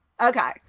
Okay